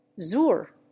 Zur